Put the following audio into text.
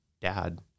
dad